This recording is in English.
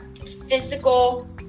physical